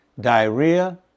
diarrhea